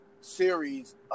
series